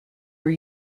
were